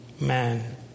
Man